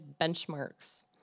benchmarks